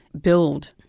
build